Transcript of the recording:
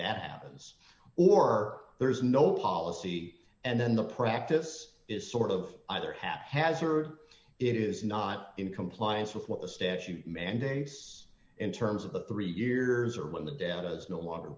that happens or there is no policy and then the practice is sort of either haphazard it is not in compliance with what the statute mandates in terms of the three years or when the debt is no longer